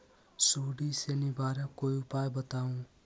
सुडी से निवारक कोई उपाय बताऊँ?